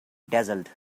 dazzled